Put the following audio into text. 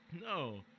No